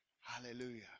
Hallelujah